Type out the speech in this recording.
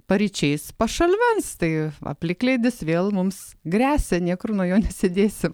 paryčiais pašalvens tai o plikledis vėl mums gresia niekur nuo jo nesidėsi